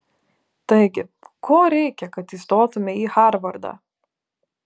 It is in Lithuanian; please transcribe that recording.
taigi ko reikia kad įstotumei į harvardą